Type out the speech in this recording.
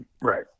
Right